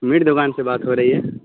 meat دکان سے بات ہو رہی ہے